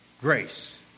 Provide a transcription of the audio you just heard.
grace